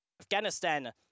Afghanistan